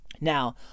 Now